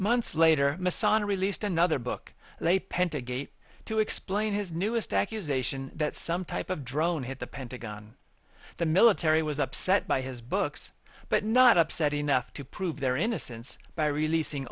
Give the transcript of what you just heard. months later maisano released another book they penned to gape to explain his newest accusation that some type of drone hit the pentagon the military was upset by his books but not upset enough to prove their innocence by releasing